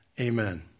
Amen